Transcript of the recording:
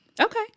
okay